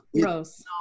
gross